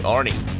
Arnie